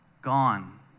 Gone